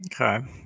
Okay